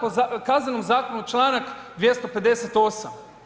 Po Kaznenom zakonu, čl. 258.